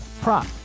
prop